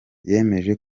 yemeje